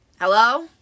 Hello